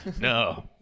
No